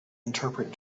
interpret